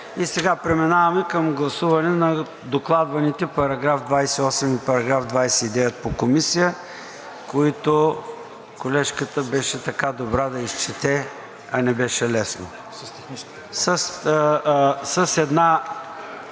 Сега преминаваме към гласуване на докладваните § 28 и § 29 по Комисия, които колежката беше така добра да изчете, а не беше лесно, с една